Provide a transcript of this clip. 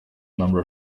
number